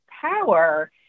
power